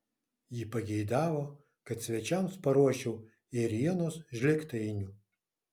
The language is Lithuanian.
ji pageidavo kad svečiams paruoščiau ėrienos žlėgtainių